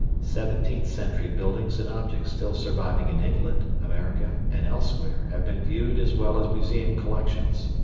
seventeenth-century buildings and objects still surviving in england, america, and elsewhere have been viewed as well as museum collections.